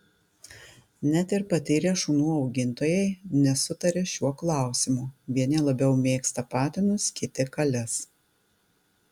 net ir patyrę šunų augintojai nesutaria šiuo klausimu vieni labiau mėgsta patinus kiti kales